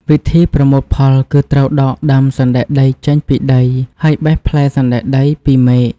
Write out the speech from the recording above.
វិធីប្រមូលផលគឺត្រូវដកដើមសណ្តែកដីចេញពីដី ហើយបេះផ្លែសណ្តែកដីពីមែក។